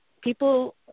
people